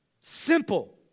Simple